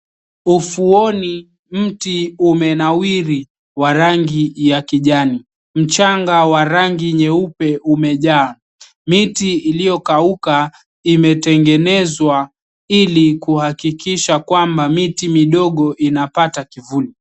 Ufuoni mti umenawiri wa rangi ya kijani. Mchanga wa rangi nyeupe umejaa. Miti iliyokauka imetengenezwa ilikuhakikisha kwamba miti midogo inapata kivuli.